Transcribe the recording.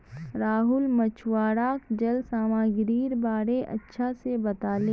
राहुल मछुवाराक जल सामागीरीर बारे अच्छा से बताले